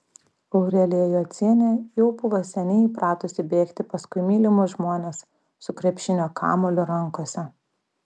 aurelija jocienė jau buvo seniai įpratusi bėgti paskui mylimus žmones su krepšinio kamuoliu rankose